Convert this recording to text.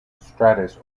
stratus